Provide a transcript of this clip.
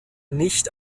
nicht